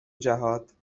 جهات